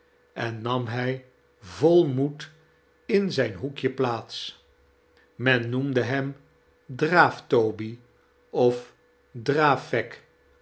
en nam hij vol moed in zijn hoekje plaats men noemde hem draaf-toby of